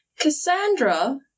Cassandra